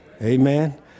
Amen